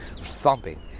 thumping